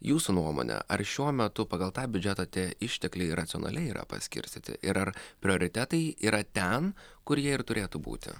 jūsų nuomone ar šiuo metu pagal tą biudžetą tie ištekliai racionaliai yra paskirstyti ir ar prioritetai yra ten kur jie ir turėtų būti